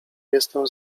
jestem